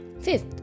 Fifth